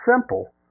Simple